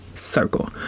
circle